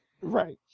Right